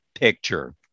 picture